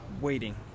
waiting